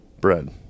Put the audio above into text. bread